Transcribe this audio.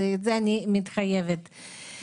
אז אני מתחייבת לזה.